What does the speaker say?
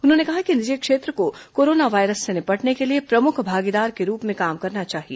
उन्होंने कहा कि निजी क्षेत्र को कोरोना वायरस से निपटने के लिए प्रमुख भागीदार के रूप में काम करना चाहिए